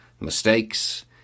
mistakes